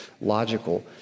logical